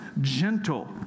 gentle